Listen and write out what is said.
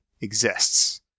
exists